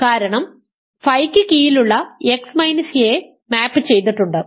കാരണം ഫൈയ്ക്ക് കീഴിലുള്ള x a മാപ് ചെയ്തിട്ടുണ്ട്